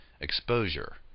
exposure